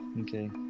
Okay